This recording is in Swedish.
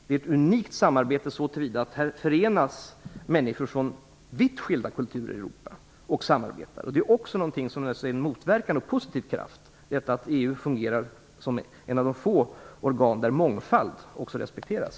Det är ett unikt samarbete så tillvida att det förenar människor från vitt skilda kulturer i Europa i samarbete. Det är också någonting som är en motverkande och en positiv kraft. EU fungerar som ett av de få organ där mångfald också respekteras.